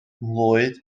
nghlwyd